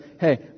Hey